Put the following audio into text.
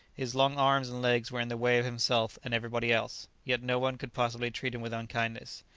his long arms and legs were in the way of himself and everybody else yet no one could possibly treat him with unkindness.